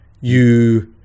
you-